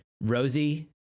Rosie